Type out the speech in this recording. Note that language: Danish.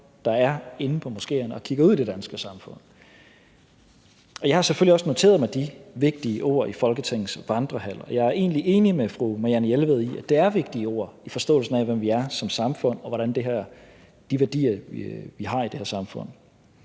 der er inde i moskeerne og kigger ud i det danske samfund. Jeg har selvfølgelig også noteret mig de vigtige ord i Folketingets Vandrehal, og jeg er egentlig enig med fru Marianne Jelved i, at det er vigtige ord, i forståelsen af hvem vi er som samfund og af de værdier, vi har i det her samfund.